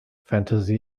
fantasy